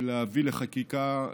להביא לחקיקה,